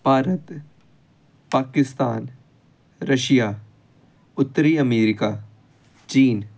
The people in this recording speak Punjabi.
ਭਾਰਤ ਪਾਕਿਸਤਾਨ ਰਸ਼ੀਆ ਉੱਤਰੀ ਅਮੀਰੀਕਾ ਚੀਨ